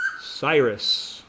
Cyrus